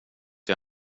jag